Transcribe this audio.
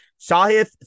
sahith